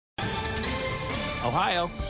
ohio